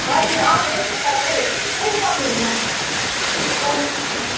हजुर आउनहोस् न तपाईँ कहिले आउनुहुन्छ अन्त